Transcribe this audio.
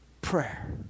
prayer